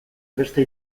beste